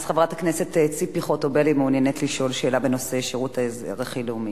חברת הכנסת ציפי חוטובלי מעוניינת לשאול שאלה בנושא שירות אזרחי לאומי.